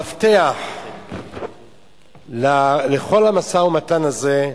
המפתח לכל המשא-ומתן הזה,